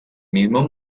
mismo